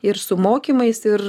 ir su mokymais ir